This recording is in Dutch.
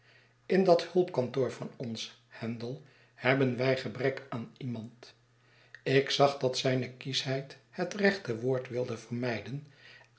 in dat hulpkantoor van ons handel hebben wij gebrek aan iemand ik zag dat zijne kieschheid het rechte woord wilde vermijden